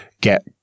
get